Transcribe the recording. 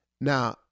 Now